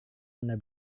anda